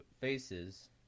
faces